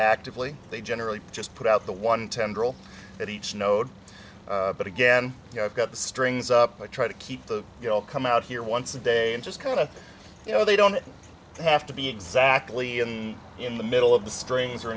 actively they generally just put out the one tendril at each node but again you know i've got the strings up i try to keep the you know come out here once a day and just kind of you know they don't have to be exactly in in the middle of the strings or